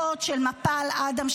אחות של מפל אדם,